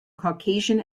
caucasian